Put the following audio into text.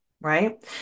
right